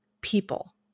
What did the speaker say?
people